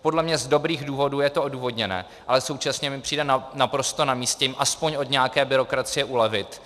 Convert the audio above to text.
Podle mne z dobrých důvodů je to odůvodněné, ale současně mi přijde naprosto namístě jim alespoň od nějaké byrokracie ulevit.